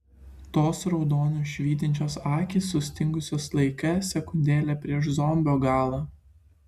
tos raudoniu švytinčios akys sustingusios laike sekundėlę prieš zombio galą